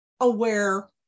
aware